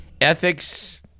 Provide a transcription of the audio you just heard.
ethics